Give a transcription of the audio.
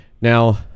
Now